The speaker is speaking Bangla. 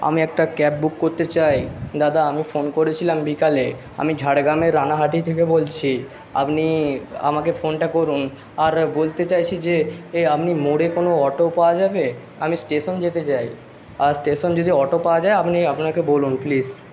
আমি একটা ক্যাব বুক করতে চাই দাদা আমি ফোন করেছিলাম বিকালে আমি ঝাড়গ্রামের রানাহাটি থেকে বলছি আপনি আমাকে ফোনটা করুন আর বলতে চাইছি যে আমি এ আপনি মোড়ে কোন অটো পাওয়া যাবে আমি স্টেশন যেতে চাই আর স্টেশন যেতে অটো পাওয়া যায় আপনি আপনাকে বলুন প্লিজ